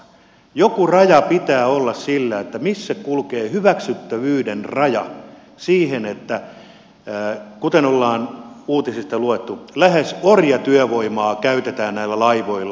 joku raja pitää olla sillä missä kulkee hyväksyttävyyden raja siinä kuten ollaan uutisista luettu että lähes orjatyövoimaa käytetään näillä laivoilla